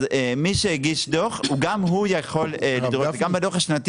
אז מי שהגיש דוח גם הוא יכול בדוח השנתי